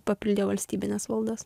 papildė valstybines valdas